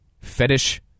fetish